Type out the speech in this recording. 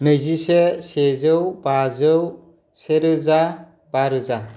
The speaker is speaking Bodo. नैजिसे सेजौ बाजौ सेरोजा बारोजा